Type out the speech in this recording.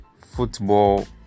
football